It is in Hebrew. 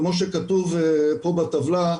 כמו שכתוב פה בטבלה,